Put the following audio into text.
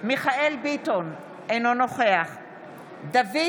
מיכאל מרדכי ביטון, אינו נוכח דוד